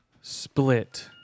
Split